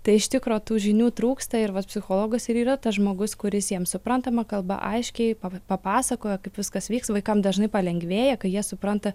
tai iš tikro tų žinių trūksta ir vat psichologas ir yra tas žmogus kuris jiems suprantama kalba aiškiai papasakoja kaip viskas vyks vaikam dažnai palengvėja kai jie supranta